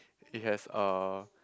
it has a